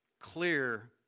clear